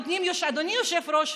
אדוני היושב-ראש,